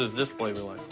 this flavor like?